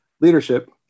leadership